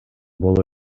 боло